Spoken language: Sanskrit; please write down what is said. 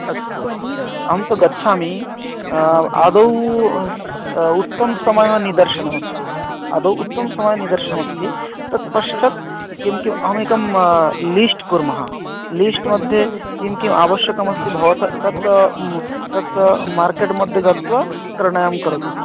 अस्तु अस्तु अहं तु गच्छामि आदौ उत्तमसमयनिदर्शनम् अस्ति आदौ उत्तमसमयनिदर्शनम् अस्ति तत् पश्चात् किं किम् अहम् एकम् लिस्ट् कुर्म लिस्ट् मध्ये किं किम् आवश्यकम् अस्ति भवत तत् तत् मार्केट् मध्ये गत्वा क्रयणं करोतु